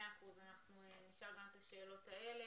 מאה אחוז, אנחנו נשאל גם את השאלות האלה.